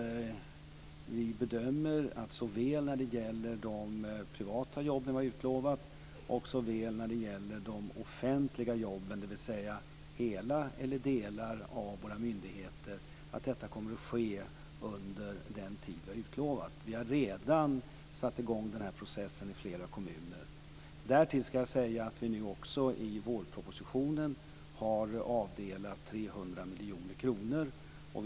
Vi bedömer att såväl när det gäller de privata jobb vi har utlovat som de offentliga jobben, dvs. hela eller delar av våra myndigheter, kommer vi att hålla den tid vi har utlovat. Vi har redan satt i gång processen i flera kommuner. Därtill har vi i vårpropositionen avdelat 300 miljoner kronor.